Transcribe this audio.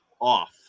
off